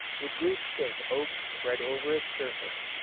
with groups of oaks spread over its surface,